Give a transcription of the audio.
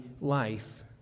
life